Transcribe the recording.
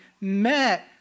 met